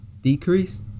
decrease